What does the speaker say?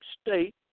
state